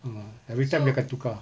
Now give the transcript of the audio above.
mm everytime dia akan tukar